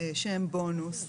שהן בונוס,